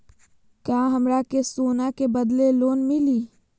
का हमरा के सोना के बदले लोन मिलि?